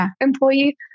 employee